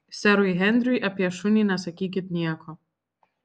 serui henriui apie šunį nesakykit nieko